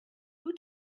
who